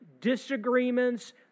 disagreements